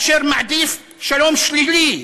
אשר מעדיף שלום שלילי,